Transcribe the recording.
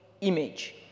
image